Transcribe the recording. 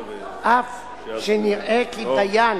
אף שנראה כי דיין